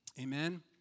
Amen